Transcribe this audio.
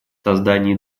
создании